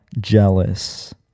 jealous